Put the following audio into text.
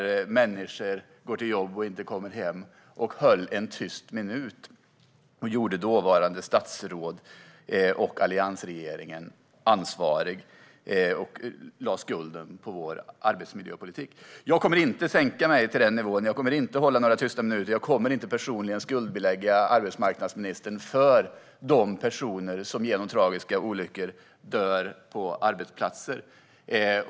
Han talade om människor som gick till jobbet men aldrig kom hem igen, och han höll en tyst minut för dem. Han höll dåvarande statsråd och alliansregeringen ansvariga och lade skulden på vår arbetsmiljöpolitik. Jag kommer inte att sänka mig till den nivån. Jag kommer inte att hålla några tysta minuter. Jag kommer inte personligen att skuldbelägga arbetsmarknadsministern för de tragiska olyckor där personer dör på arbetsplatser.